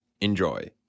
Enjoy